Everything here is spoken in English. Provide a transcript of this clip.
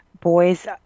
boys